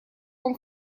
вам